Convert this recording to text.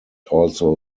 also